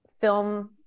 film